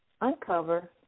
uncover